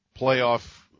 playoff